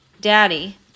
daddy